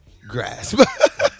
grasp